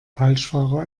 falschfahrer